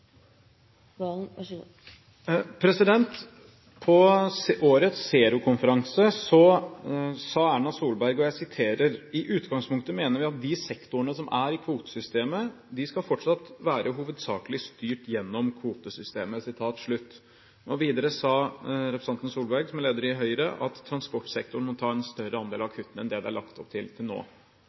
På årets Zero-konferanse sa Erna Solberg: «I utgangspunktet mener vi at de sektorene som er i kvotesystemet, de skal fortsatt være hovedsakelig styrt gjennom kvotesystemet.» Videre sa representanten Solberg, som er leder i Høyre, at transportsektoren må ta en større andel av kuttene enn det som det er lagt opp til til nå.